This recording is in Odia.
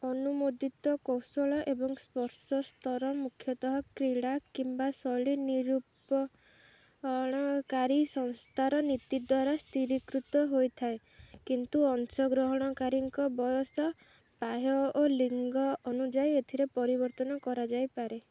ଅନୁମୋଦିତ କୌଶଳ ଏବଂ ସ୍ପର୍ଶ ସ୍ତର ମୁଖ୍ୟତଃ କ୍ରୀଡ଼ା କିମ୍ବା ଶୈଳୀ ନିରୂପଣକାରୀ ସଂସ୍ଥାର ନୀତି ଦ୍ୱାରା ସ୍ଥିରୀକୃତ ହୋଇଥାଏ କିନ୍ତୁ ଅଂଶଗ୍ରହଣକାରୀଙ୍କ ବୟସ ପାହ୍ୟ ଓ ଲିଙ୍ଗ ଅନୁଯାୟୀ ଏଥିରେ ପରିବର୍ତ୍ତନ କରାଯାଇପାରେ